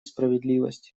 справедливость